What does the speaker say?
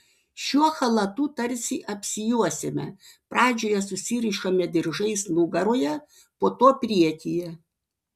šiuo chalatu tarsi apsijuosiame pradžioje susirišame diržais nugaroje po to priekyje